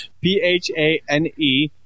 P-H-A-N-E